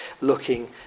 looking